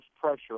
pressure